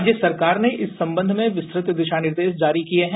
राज्य सरकार ने इस सम्बंध में विस्तृत दिशानिर्देश जारी किए हैं